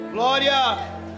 Glória